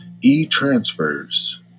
e-transfers